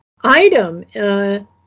item